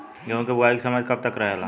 गेहूँ के बुवाई के समय कब तक रहेला?